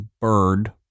bird